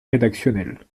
rédactionnel